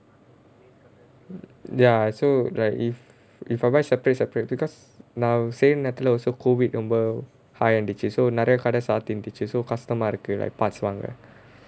ya so like if if I buy separate separate because now same நேரத்துல:nerathula COVID number high ah இருந்துச்சு:irunthuchchu so நிறைய கடை சாத்தி இருந்துச்சு:niraiya kadai saathi irunthuchchu so கஷ்டமா இருக்கு:kashtamaa irukku parcel வாங்க:vaanga